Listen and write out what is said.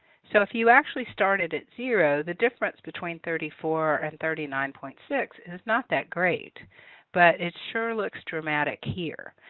so if you actually started at zero the difference between thirty four and thirty nine point six and is not that great but it sure looks dramatic here.